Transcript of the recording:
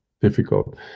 difficult